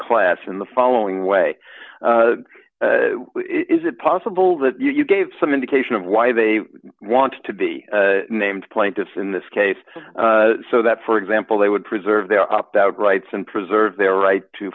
class in the following way is it possible that you gave some indication of why they wanted to be named plaintiffs in this case so that for example they would preserve their opt out rights and preserve their right to